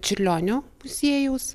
čiurlionio muziejaus